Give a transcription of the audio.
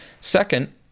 Second